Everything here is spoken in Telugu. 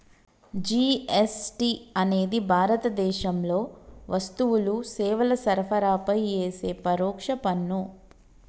జీ.ఎస్.టి అనేది భారతదేశంలో వస్తువులు, సేవల సరఫరాపై యేసే పరోక్ష పన్ను